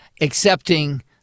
accepting